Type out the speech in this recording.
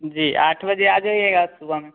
जी आठ बजे आ जाइएगा सुबह में